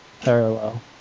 parallel